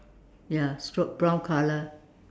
ya stroke brown colour